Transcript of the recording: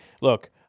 Look